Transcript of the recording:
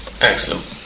Excellent